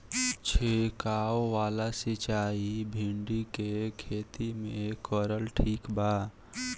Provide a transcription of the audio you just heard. छीरकाव वाला सिचाई भिंडी के खेती मे करल ठीक बा?